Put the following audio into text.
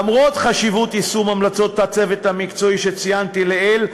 למרות חשיבות יישום המלצות הצוות המקצועי שציינתי לעיל,